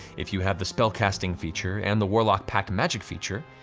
if you have the spellcasting feature and the warlock pact magic feature,